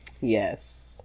yes